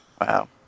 Wow